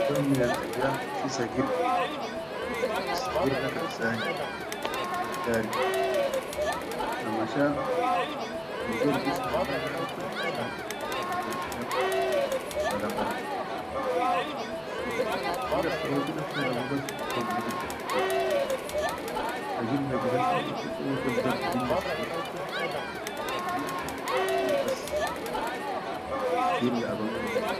Fi yom minal ayyam fi sagir, assagir da kan sahir, shaddari, ha masha bidor bishar le nadum kan masha, seher nafsa da hubas bekon ma bigdar bidir, assagir da gide sawwake-sawake bidor bihillassihir da ihilla ilga idir bas assihir da ab.